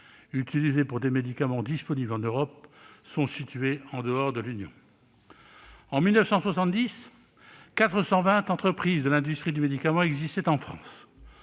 utilisées pour des médicaments disponibles en Europe sont situés en dehors de l'Union. ». En 1970, quelque 420 entreprises de l'industrie du médicament existaient en France.